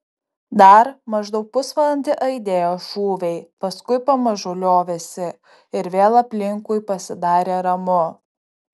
dar maždaug pusvalandį aidėjo šūviai paskui pamažu liovėsi ir vėl aplinkui pasidarė ramu